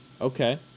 Okay